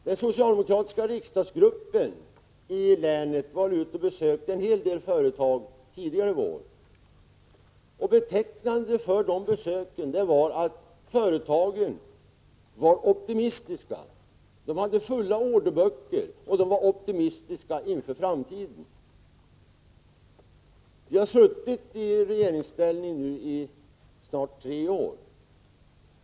Den socialdemokratiska riksdagsgruppen i länet var ute och besökte en hel del företag tidigare i vår. Betecknande för de besöken var att representanterna för företagen var optimistiska. De hade fulla orderböcker, och de var optimistiska inför framtiden. Vi har nu suttit i regeringsställning i snart tre år.